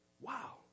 wow